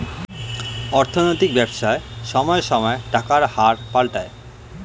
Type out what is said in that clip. অর্থনৈতিক ব্যবসায় সময়ে সময়ে টাকার হার পাল্টায়